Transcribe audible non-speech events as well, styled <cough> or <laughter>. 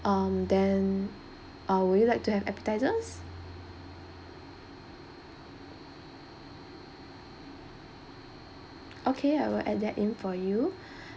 um then uh would you like to have appetizers okay I will add that in for you <breath>